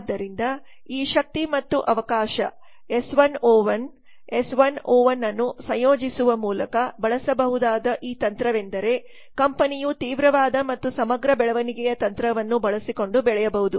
ಆದ್ದರಿಂದ ಈ ಶಕ್ತಿ ಮತ್ತು ಅವಕಾಶ ಎಸ್ 1 ಒ 1 ಎಸ್ 1 ಮತ್ತು ಒ 1 ಅನ್ನು ಸಂಯೋಜಿಸುವ ಮೂಲಕ ಬಳಸಬಹುದಾದ ಈ ತಂತ್ರವೆಂದರೆ ಕಂಪನಿಯು ತೀವ್ರವಾದ ಮತ್ತು ಸಮಗ್ರ ಬೆಳವಣಿಗೆಯ ತಂತ್ರಗಳನ್ನು ಬಳಸಿಕೊಂಡು ಬೆಳೆಯಬಹುದು